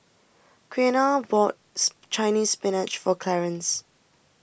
Quiana bought Chinese Spinach for Clarance